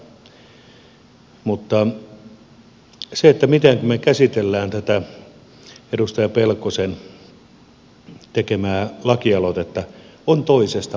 mutta se miten me käsittelemme tätä edustaja pelkosen tekemää lakialoitetta on toisesta maailmasta